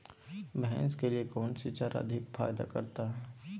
भैंस के लिए कौन सी चारा अधिक फायदा करता है?